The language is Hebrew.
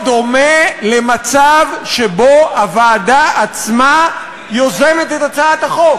זה לא דומה למצב שהוועדה עצמה יוזמת את הצעת החוק.